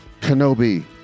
kenobi